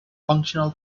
functional